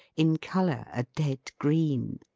in colour a dead-green.